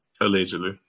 allegedly